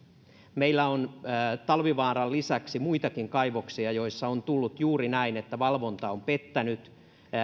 meillä on talvivaaran lisäksi muitakin kaivoksia joissa on käynyt juuri näin että valvonta on pettänyt